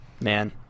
man